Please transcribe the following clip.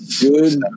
good